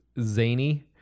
zany